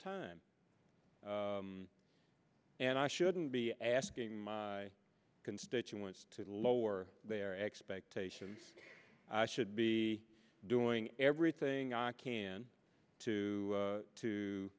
time and i shouldn't be asking my constituents to lower their expectations i should be doing everything i can to to to